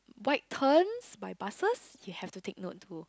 wide turns by buses you have to take note too